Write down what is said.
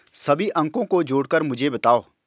सभी अंकों को जोड़कर मुझे बताओ